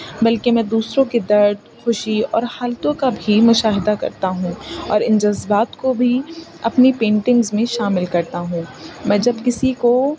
بلکہ میں دوسروں کے درد خوشی اور حالتوں کا بھی مشاہدہ کرتا ہوں اور ان جذبات کو بھی اپنی پینٹنگز میں شامل کرتا ہوں میں جب کسی کو